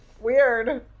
Weird